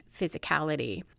physicality